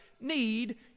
need